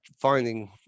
finding